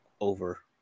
over